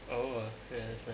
oh ya I understand